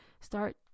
start